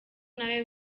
nawo